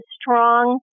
strong